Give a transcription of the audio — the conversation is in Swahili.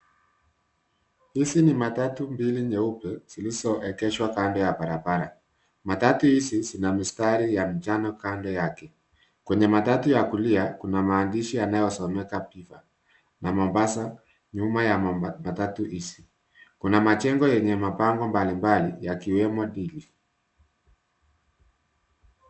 Hizi ni matatu mbili nyeupe zilizoegeshwa kando ya barabara. Matatu hizi zina mistari ya njano kando yake. Kwenye matatu ya kulia, kuna maandishi yanayosomeka piva na Mombasa nyuma ya matatu hizi. Kuna majengo yenye mabango mbalimbali yakiwemo dili.